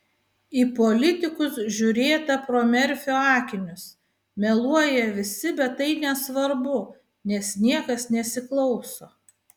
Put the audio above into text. į politikus žiūrėta pro merfio akinius meluoja visi bet tai nesvarbu nes niekas nesiklauso